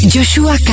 Joshua